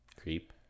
Creep